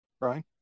Ryan